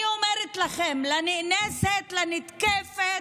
אני אומרת לכם, לנאנסת, לנתקפת,